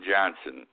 Johnson